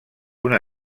una